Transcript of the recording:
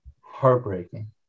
heartbreaking